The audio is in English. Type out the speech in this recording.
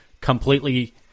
completely